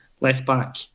left-back